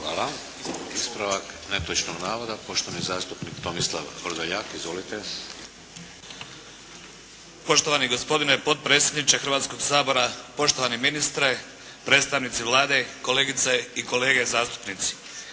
Hvala. Ispravak netočnog navoda poštovani zastupnik Tomislav Vrdoljak. Izvolite. **Vrdoljak, Tomislav (HDZ)** Poštovani gospodine potpredsjedniče Hrvatskog sabora, poštovani ministre, predstavnici Vlade, kolegice i kolege zastupnici.